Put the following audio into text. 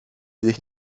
sich